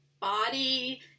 body